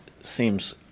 seems